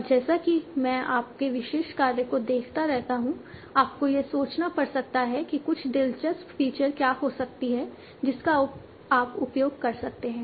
और जैसा कि मैं आपके विशेष कार्य को देखता रहता हूं आपको यह सोचना पड़ सकता है कि कुछ दिलचस्प फीचर्स क्या हो सकती हैं जिनका आप उपयोग कर सकते हैं